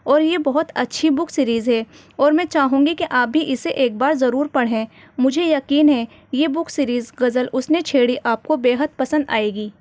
اور یہ بہت اچھی بک سیریز ہے اور میں چاہوں گی کہ آپ بھی اسے بار ضرور پڑھیں مجھے یقین ہے یہ بک سیریز غزل اس نے چھیڑی آپ کو بےحد پسند آئے گی